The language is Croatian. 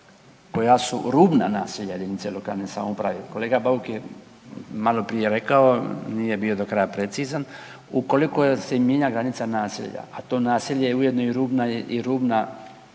koja su rubna naselja jedinica lokalne samouprave. Kolega Bauk je maloprije rekao, nije bio do kraja precizan. Ukoliko se mijenja granica naselja, a to naselje ujedno je i rubna,